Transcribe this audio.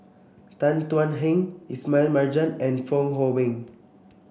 Tan Thuan Heng Ismail Marjan and Fong Hoe Beng